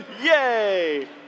Yay